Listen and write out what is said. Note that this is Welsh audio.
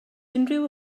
unrhyw